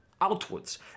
outwards